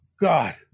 God